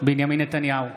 בנימין נתניהו,